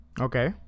Okay